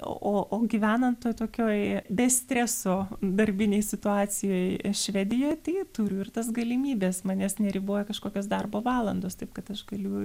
o o gyvenant toj tokioj be streso darbinėj situacijoj švedijoj tai turiu ir tas galimybes manęs neriboja kažkokios darbo valandos taip kad aš galiu